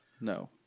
no